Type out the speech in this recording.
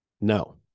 no